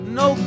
no